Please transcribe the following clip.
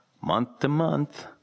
month-to-month